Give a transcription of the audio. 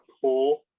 pool